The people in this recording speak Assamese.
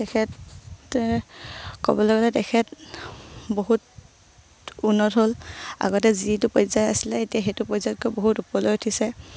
তেখেত ক'বলৈ গ'লে তেখেত বহুত উন্নত হ'ল আগতে যিটো পৰ্যায়ত আছিলে এতিয়া সেইটো পৰ্যায়তকৈ বহুত উপৰলৈ উঠিছে